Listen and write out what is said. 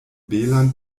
belan